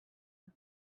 het